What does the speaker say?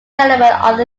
development